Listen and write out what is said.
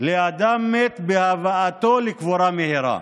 לאדם מת בהבאתו לקבורה מהירה.